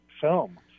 film